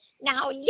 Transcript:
Now